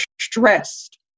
stressed